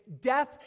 death